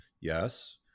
Yes